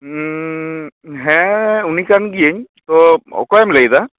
ᱦᱮᱸ ᱩᱱᱤᱠᱟᱱ ᱜᱤᱭᱟ ᱧ ᱛᱚ ᱚᱠᱚᱭᱮᱢ ᱞᱟ ᱭᱮᱫᱟ